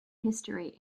history